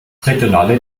regionale